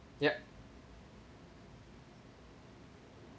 yup